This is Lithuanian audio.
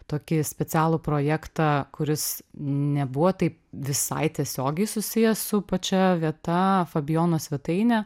tokį specialų projektą kuris nebuvo taip visai tiesiogiai susijęs su pačia vieta fabijono svetaine